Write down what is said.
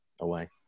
Away